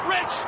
Rich